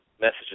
messages